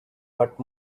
but